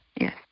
Yes